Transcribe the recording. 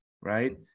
right